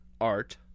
Art